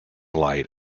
light